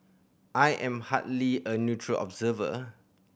I am hardly a neutral observer